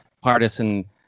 partisan